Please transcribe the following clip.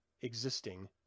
existing